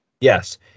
Yes